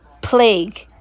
plague